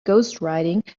ghostwriting